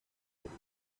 would